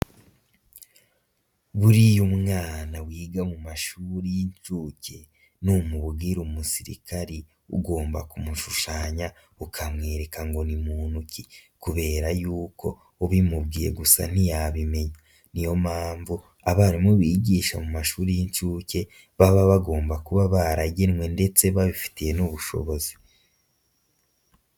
Buriya umwana wiga mu mashuri y'inshuke numubwira umusirikari ugomba kumushushanya, ukamwereka ngo ni muntu ki kubera yuko ubimubwiye gusa ntiyabimenya, niyo mpamvu abarimu bigisha mu mashuri y'inshuke, baba bagomba kuba baragenwe ndetse babifitiye n'ubushobozi.